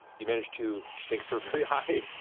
you managed to, thanks to a very high